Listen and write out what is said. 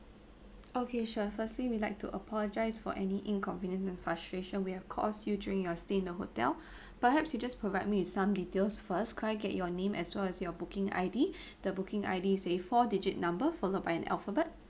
okay sure firstly we'd like to apologise for any inconvenience and frustration we have caused you during your stay in the hotel perhaps you just provide me with some details first could I get your name as well as your booking I_D the booking I_D is a four digit number followed by an alphabet